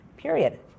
period